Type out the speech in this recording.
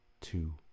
two